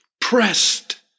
pressed